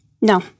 No